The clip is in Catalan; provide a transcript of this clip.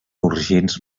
urgents